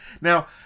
Now